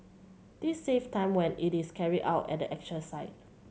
this save time when it is carried out at the actual site